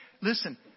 Listen